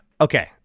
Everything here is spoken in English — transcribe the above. okay